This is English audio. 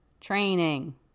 training